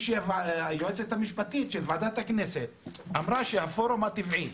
היועצת המשפטית של ועדת הכנסת אמרה שהפורום הטבעי